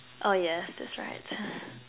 oh yes that's right